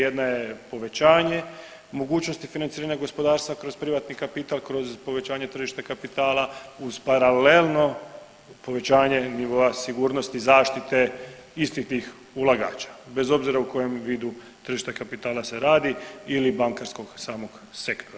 Jedna je povećanje mogućnosti financiranja gospodarstva kroz privatni kapital, kroz povećanje tržišta kapitala uz paralelno povećanje nivoa sigurnosti zaštite istih tih ulagača bez obzira u kojem vidu tržišta kapitala se radi ili bankarskog samog sektora.